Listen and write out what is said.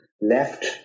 left